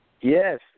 Yes